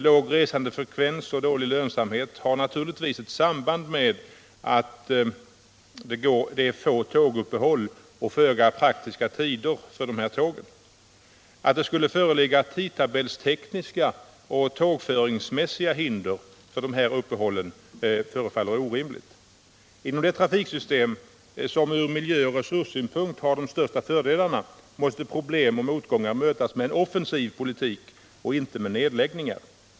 Låg resandefrekvens och dålig lönsamhet har naturligtvis ett samband med att det är få tåguppehåll och föga praktiska tider för de här tågen. Att det skulle föreligga tidtabellstekniska och tågföringsmässiga hinder för dessa uppehåll förefaller orimligt. Inom det trafiksystem som ur miljö och resurssynpunkt har de största fördelarna måste problem och motgångar mötas med en offensiv politik och inte med nedläggningar.